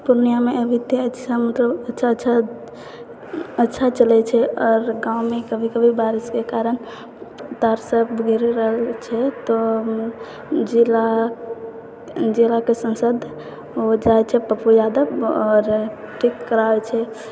पूर्णियामे अभी तो अच्छा अच्छा अच्छा चलै छै आओर गाममे कभी कभी बारिशके कारण तार सब गिरी जाइ छै तऽ जिला जिलाके सांसद जाइ छै पप्पू यादव आओर ठीक कराबै छै